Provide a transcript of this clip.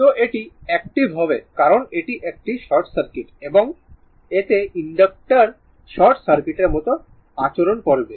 তো এটি অ্যাকটিভ হবে কারণ এটি একটি শর্ট সার্কিট এবং এতে ইনডাক্টর শর্ট সার্কিটের মতো আচরণ করবে